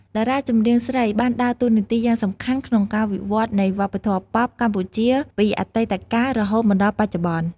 តារាចម្រៀងស្រីបានដើរតួនាទីយ៉ាងសំខាន់ក្នុងការវិវត្តន៍នៃវប្បធម៌ប៉ុបកម្ពុជាពីអតីតកាល រហូតមកដល់បច្ចុប្បន្ន។